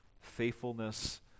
faithfulness